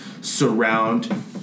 surround